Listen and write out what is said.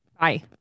Bye